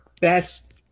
best